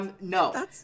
No